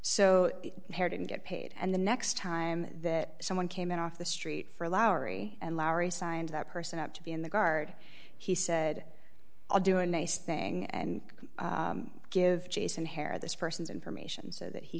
pair didn't get paid and the next time that someone came in off the street for lowry and lowry signed that person up to be in the guard he said i'll do a nice thing and give jason hair this person's information so that he